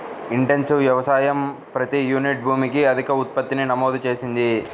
intensive వ్యవసాయం ప్రతి unit భూమికి అధిక ఉత్పత్తిని నమోదు చేసింది